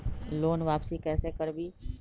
Loan वापसी कैसे करबी?